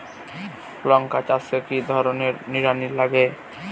লঙ্কা চাষে কি ধরনের নিড়ানি লাগে?